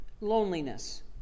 loneliness